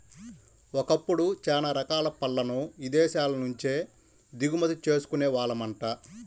ఒకప్పుడు చానా రకాల పళ్ళను ఇదేశాల నుంచే దిగుమతి చేసుకునే వాళ్ళమంట